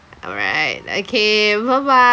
alright okay bye bye